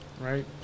right